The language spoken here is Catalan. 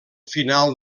final